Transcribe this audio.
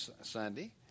Sunday